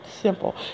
simple